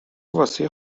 واسه